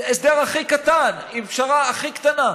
זה ההסדר הכי קטן, עם הפשרה הכי קטנה.